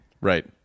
Right